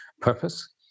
purpose